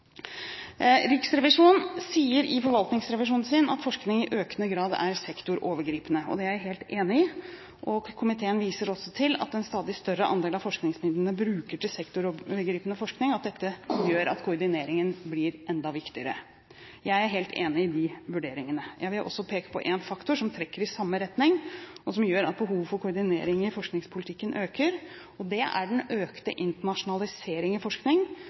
Riksrevisjonen sier i forvaltningsrevisjonen sin at forskningen i økende grad er sektorovergripende. Det er jeg helt enig i. Komiteen viser også til at en stadig større andel av forskningsmidlene brukes til sektorovergripende forskning, og at dette gjør at koordineringen blir enda viktigere. Jeg er helt enig i de vurderingene. Jeg vil også peke på en faktor som trekker i samme retning, og som gjør at behovet for koordinering i forskningspolitikken øker, og det er den økte internasjonaliseringen i